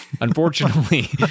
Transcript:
Unfortunately